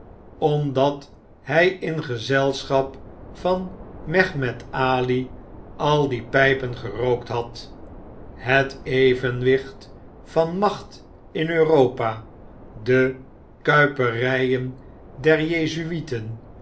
omdat hij in gezelschap van mehemet ali al die pijpeh gerookt had het evenwicht van macht in europa de kuiperyen air